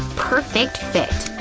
perfect fit.